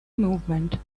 movement